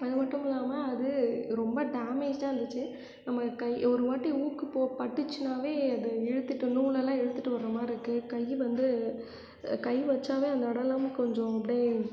அதுமட்டும் இல்லாமல் அது ரொம்ப டேமேஜ்டாக இருந்துச்சு நம்மளுக்கு ஒருவாட்டி ஊக்கு போ பட்டுச்சுனாவே அது இழுத்துட்டு நூலெல்லாம் இழுத்துட்டு வரமாதிரி இருக்குது கை வந்து கை வச்சாவே அந்த இடலாம் கொஞ்சம் அப்டி